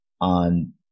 on